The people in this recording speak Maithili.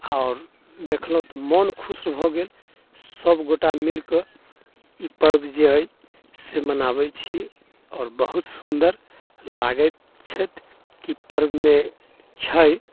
आओर देखलहुँ तऽ मोन खुश भऽ गेल सभगोटा मिलकऽ ई पर्व जे अइ से मनाबै छी आओर बहुत सुन्दर लागैत छथि कि पर्वमे छै